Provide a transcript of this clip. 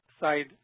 side